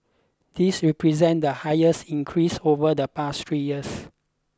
this represent the highest increase over the past three years